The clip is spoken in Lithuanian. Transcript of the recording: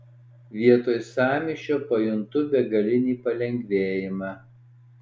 vietoj sąmyšio pajuntu begalinį palengvėjimą